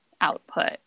output